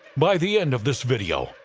by the end of this video,